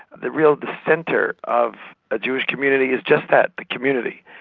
the real, the centre of a jewish community is just that the community.